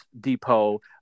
depot